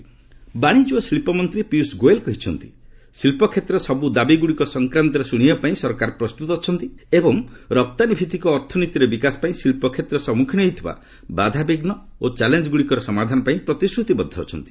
Piyush awards ବାଣିଜ୍ୟ ଓ ଶିଳ୍ପ ମନ୍ତ୍ରୀ ପିୟୁଷ ଗୋଏଲ୍ କହିଛନ୍ତି ଶିଳ୍ପକ୍ଷେତ୍ରର ସବ୍ ଦାବିଗ୍ରଡ଼ିକ ସଂକ୍ରାନ୍ତରେ ଶ୍ରଣିବାପାଇଁ ସରକାର ପ୍ରସ୍ତତ ଅଛନ୍ତି ଏବଂ ରପ୍ତାନୀଭିତ୍ତିକ ଅର୍ଥନୀତିର ବିକାଶ ପାଇଁ ଶିଳ୍ପ କ୍ଷେତ୍ର ସମ୍ମୁଖୀନ ହେଉଥିବା ବାଧାବିଘୁ ଓ ଚ୍ୟାଲେଞ୍ଜଗୁଡ଼ିକର ସମାଧାନପାଇଁ ପ୍ରତିଶ୍ରତିବଦ୍ଧ ଅଛନ୍ତି